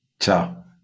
Ciao